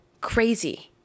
Crazy